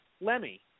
Lemmy